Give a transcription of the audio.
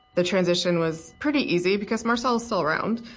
the transition was pretty easy because marcelo's still around.